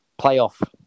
playoff